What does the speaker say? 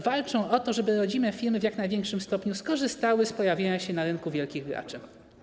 Walczą o to, żeby rodzime firmy w jak największym stopniu skorzystały z pojawienia się na rynku wielkich graczy.